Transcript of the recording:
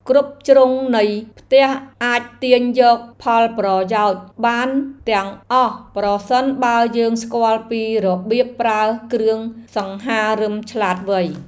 គ្រប់ជ្រុងនៃផ្ទះអាចទាញយកផលប្រយោជន៍បានទាំងអស់ប្រសិនបើយើងស្គាល់ពីរបៀបប្រើគ្រឿងសង្ហារិមឆ្លាតវៃ។